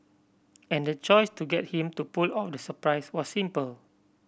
and the choice to get him to pull off the surprise was simple